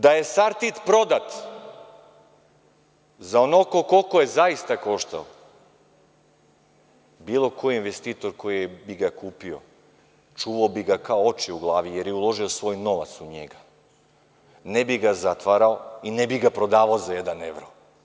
Da je „Sartid“ prodat za onoliko koliko je zaista koštao, bilo koji investitor koji ga je kupio, čuvao bi ga kao oči u glavi, jer je uložio svoj novac u njega, ne bi ga zatvarao i ne bi ga prodavao za jedan evro.